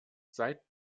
seit